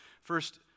First